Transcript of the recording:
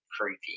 creepy